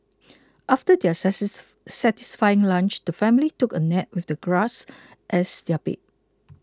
after their satisfying lunch the family took a nap with the grass as their bed